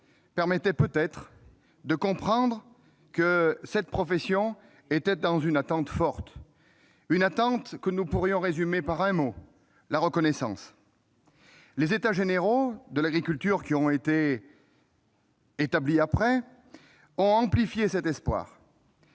celui de faire comprendre que cette profession avait une attente forte, une attente que nous pourrions résumer par un mot : la reconnaissance. Les États généraux de l'agriculture qui se sont tenus peu après ont amplifié cet espoir,